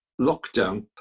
lockdown